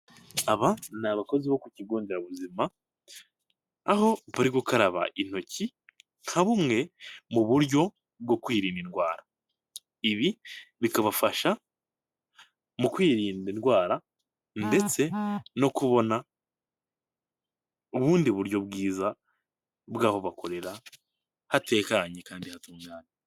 Aba ni abakozi bo ku kigo nderabuzima, aho bari gukaraba intoki, nka bumwe mu buryo bwo kwirinda indwara, ibi bikabafasha mu kwirinda indwara ndetse no kubona ubundi buryo bwiza bwaho bakorera hatekanye kandi kandi hatunganye.